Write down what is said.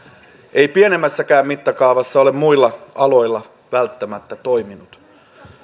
ei pienemmässäkään mittakaavassa ole muilla aloilla välttämättä toiminut